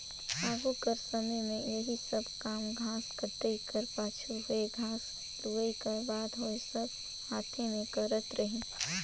आघु कर समे में एही सब काम घांस कटई कर पाछू होए घांस लुवई कर बात होए सब हांथे में करत रहिन